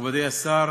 מכובדי השר